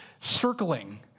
circling